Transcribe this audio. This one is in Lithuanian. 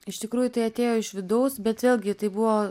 iš tikrųjų tai atėjo iš vidaus bet vėlgi tai buvo